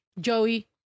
Joey